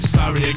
Sorry